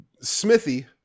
Smithy